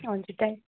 हजुर त्यहाँ